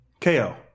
KO